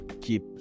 keep